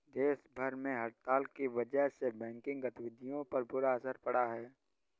देश भर में हड़ताल की वजह से बैंकिंग गतिविधियों पर बुरा असर पड़ा है